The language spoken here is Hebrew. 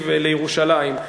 מתל-אביב לירושלים,